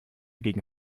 gegen